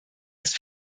ist